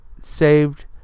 saved